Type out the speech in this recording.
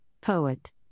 Poet